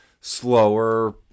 slower